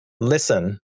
listen